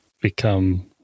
become